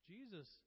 Jesus